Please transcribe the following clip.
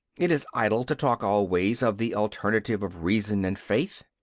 it is idle to talk always of the alternative of reason and faith.